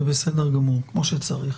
זה בסדר גמור, כמו שצריך.